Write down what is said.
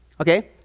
okay